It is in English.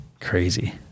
Crazy